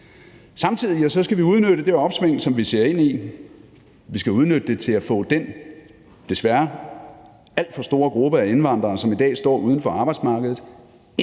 Samtidig skal vi udnytte det opsving, som vi ser ind i. Vi skal udnytte det til at få den – desværre – alt for store grupper af indvandrere, som i dag står uden for arbejdsmarkedet,